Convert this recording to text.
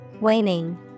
Waning